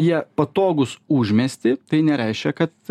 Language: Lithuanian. jie patogūs užmiesty tai nereiškia kad